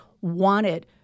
wanted